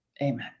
Amen